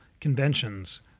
conventions